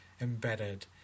embedded